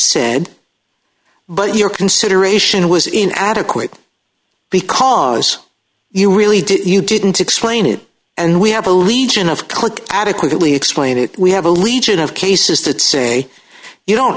said but your consideration was in adequate because you really didn't you didn't explain it and we have a legion of click adequately explain it we have a legion of cases that say you don't